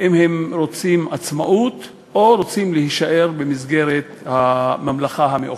אם הם רוצים עצמאות או רוצים להישאר במסגרת הממלכה המאוחדת.